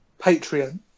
Patreon